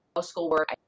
schoolwork